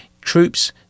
Troops